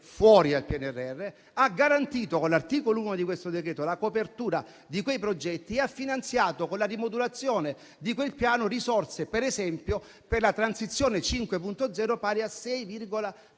del PNRR, ha garantito, con l'articolo 1 di questo decreto-legge, la copertura di quei progetti e ha finanziato, con la rimodulazione di quel Piano, le risorse per la Transizione 5.0, pari a 6,3